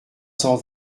cent